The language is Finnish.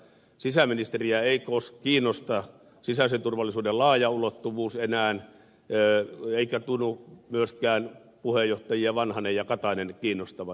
sisäministeriä ei kiinnosta sisäisen turvallisuuden laaja ulottuvuus enää eikä tunnu myöskään puheenjohtajia vanhanen ja katainen kiinnostavan